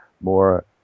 more